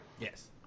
Yes